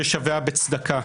ושביה בצדקה.